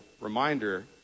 reminder